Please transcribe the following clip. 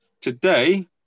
Today